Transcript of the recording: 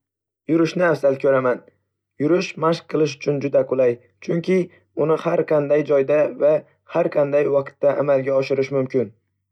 Yurishni afzal ko'raman. Yurish mashq qilish uchun juda qulay, chunki uni har qanday joyda va har qanday vaqtda amalga oshirish mumkin.